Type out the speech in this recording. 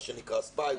מה שנקרא spider.